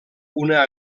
una